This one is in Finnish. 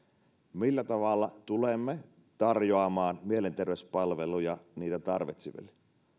millä tavalla tulemme tarjoamaan mielenterveyspalveluja niitä tarvitseville